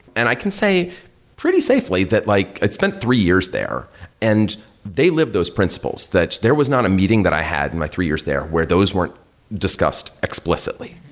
and i can say pretty safely that like it's been three years there and they live those principles that there was not a meeting that i had in my three years there where those weren't discussed explicitly.